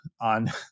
on